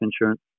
insurance